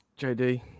JD